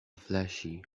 flashy